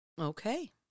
Okay